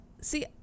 See